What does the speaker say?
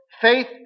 faith